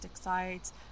sites